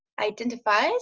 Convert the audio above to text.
identifies